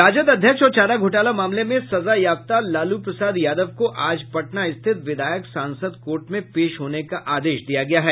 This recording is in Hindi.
राजद अध्यक्ष और चारा घोटाला मामले में सजायाफ्ता लालू प्रसाद यादव को आज पटना स्थित विधायक सांसद कोर्ट में पेश होने का आदेश दिया गया है